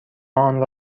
آنرا